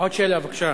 עוד שאלה, בבקשה.